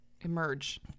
emerge